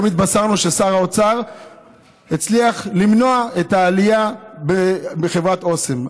היום התבשרנו ששר האוצר הצליח למנוע את העלייה בחברת אסם.